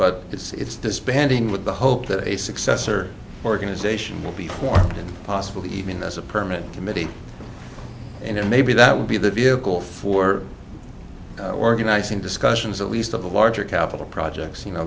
but it's disbanding with the hope that a successor organization will be formed possibly even as a permanent committee and maybe that will be the vehicle for organizing discussions at least of the larger capital projects you know